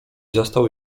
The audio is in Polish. zastał